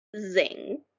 Zing